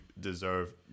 deserve